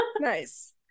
nice